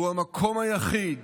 והוא המקום היחיד